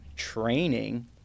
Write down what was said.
training